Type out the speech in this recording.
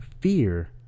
fear